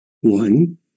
One